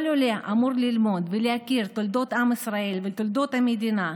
כל עולה אמור ללמוד ולהכיר את תולדות עם ישראל ותולדות המדינה.